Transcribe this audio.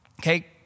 okay